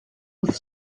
with